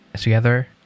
together